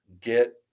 get